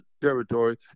territory